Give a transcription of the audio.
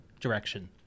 direction